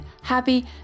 happy